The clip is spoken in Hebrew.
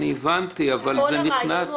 כל הרעיון הוא